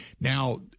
Now